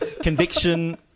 Conviction